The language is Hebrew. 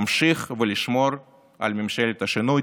להמשיך ולשמור על ממשלת השינוי.